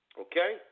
Okay